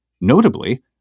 Notably